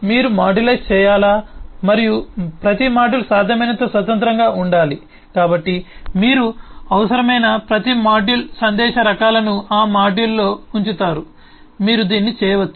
మీరు మాడ్యులైజ్ చేయాలా మరియు ప్రతి మాడ్యూల్ సాధ్యమైనంత స్వతంత్రంగా ఉండాలి కాబట్టి మీరు అవసరమైన ప్రతి మాడ్యూల్ సందేశ రకాలను ఆ మాడ్యూల్లో ఉంచుతారు మీరు దీన్ని చేయవచ్చు